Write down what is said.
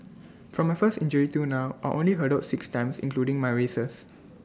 from my first injury till now I only hurdled six times including my races